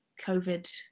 COVID